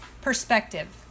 perspective